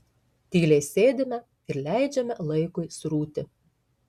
tyliai sėdime ir leidžiame laikui srūti